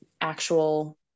actual